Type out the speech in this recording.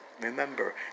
remember